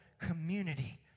community